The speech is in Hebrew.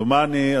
דומני,